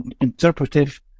interpretive